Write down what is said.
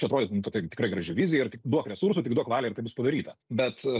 čia atrodytų nu tokia tikrai graži vizija ir tik duok resursų tik duok valią ir tai bus padaryta bet